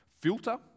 filter